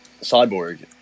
Cyborg